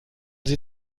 sie